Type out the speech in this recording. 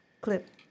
clip